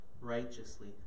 righteously